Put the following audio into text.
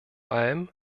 allem